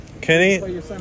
Kenny